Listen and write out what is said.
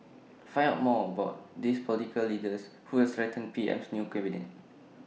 find out more about these political leaders who will strengthen PM's new cabinet